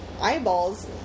eyeballs